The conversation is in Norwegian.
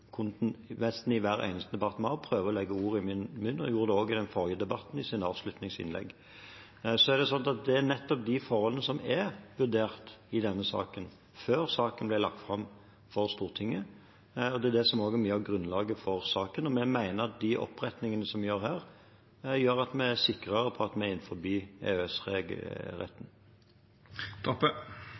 i hver eneste debatt vi har, prøver å legge ord i min munn. Hun gjorde det også i den forrige debatten, i sitt avslutningsinnlegg. Det er sånn at det er nettopp de forholdene som er vurdert i denne saken, før saken ble lagt fram for Stortinget, og det er det som er mye av grunnlaget for saken. Vi mener at de opprettingene vi gjør her, gjør at vi er sikrere på at vi